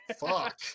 fuck